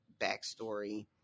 backstory